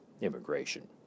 immigration